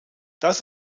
das